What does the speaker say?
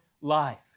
life